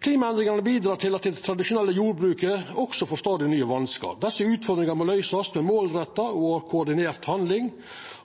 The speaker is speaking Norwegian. Klimaendringane bidreg også til at det tradisjonelle jordbruket får stadig nye vanskar. Desse utfordringane må møtast med målretta og koordinert handling